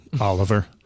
Oliver